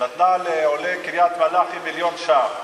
נתנה לעולי קריית-מלאכי מיליון שקלים,